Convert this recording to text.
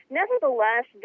nevertheless